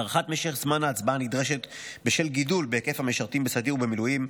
הארכת משך זמן ההצבעה נדרשת בשל גידול בהיקף המשרתים בסדיר ובמילואים,